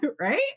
Right